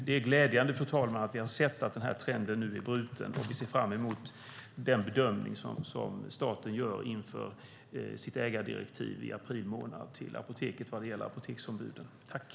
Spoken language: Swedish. Det är glädjande, fru talman, att den trenden nu är bruten, och vi ser fram emot den bedömning som staten gör inför sitt ägardirektiv till apoteken gällande apoteksombuden, vilket sker i april månad.